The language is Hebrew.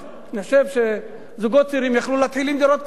אני חושב שזוגות צעירים יכולים להתחיל עם דירות קטנות.